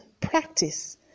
practice